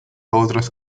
otras